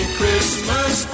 Christmas